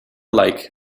like